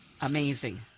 Amazing